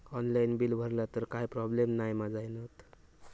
Online bill भरला तर काय प्रोब्लेम नाय मा जाईनत?